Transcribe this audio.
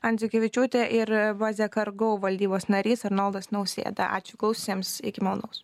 andziukevičiūtė ir vazė kargou valdybos narys arnoldas nausėda ačiū klausyjams iki malonaus